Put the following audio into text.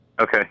Okay